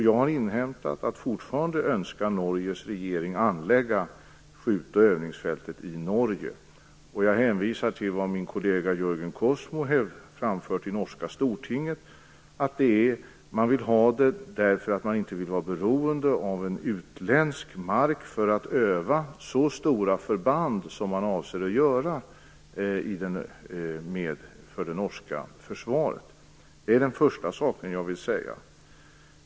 Jag har inhämtat att fortfarande önskar Norges regeringen anlägga skjut och övningsfältet i Norge. Jag hänvisar till vad min kollega Jörgen Kosmo framfört i det norska stortinget, att man vill ha skjutfältet där därför att man inte vill vara beroende av utländsk mark för att öva så stora förband som det norska försvaret avser att öva med. Det var det första som jag ville säga.